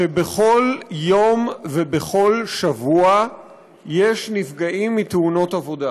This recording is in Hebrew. שבכל יום ובכל שבוע יש נפגעים בתאונות עבודה,